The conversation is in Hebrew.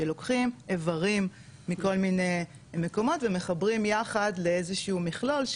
שלוקחים איברים מכל מיני מקומות ומחברים יחד לאיזה שהוא מכלול,